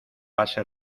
base